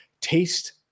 taste